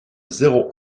zéro